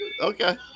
Okay